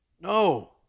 no